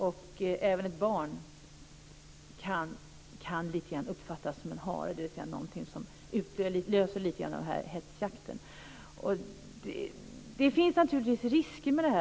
Och även ett barn kan uppfattas som en hare, dvs. något som utlöser denna hetsjakt. Det finns naturligtvis risker med detta.